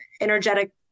energetic